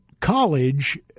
college